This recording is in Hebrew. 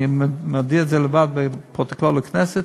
אני מעביר את זה לפרוטוקול הכנסת,